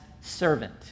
servant